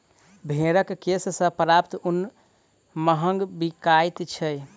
भेंड़क केश सॅ प्राप्त ऊन महग बिकाइत छै